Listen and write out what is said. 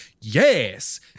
Yes